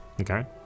Okay